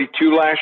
last